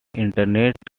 internet